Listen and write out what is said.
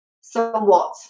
somewhat